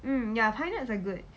mm ya pine nuts are good